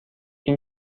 این